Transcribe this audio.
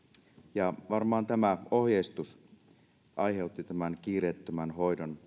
ja varmaan tämä ohjeistus aiheutti tämän kiireettömän hoidon